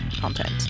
content